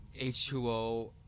H2O